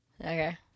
Okay